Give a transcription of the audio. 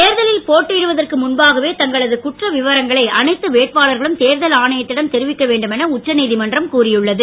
தேர்தலில் போட்டியிடுவதற்கு ழன்பாகவே தங்களது குற்ற விவரங்களை அனைத்து வேட்பாளர்களும் தேர்தல் ஆணையத்திடம் தெரிவிக்க வேண்டும் என உச்சநீதிமன்றம் கூறியுள்ளது